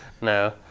no